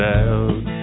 out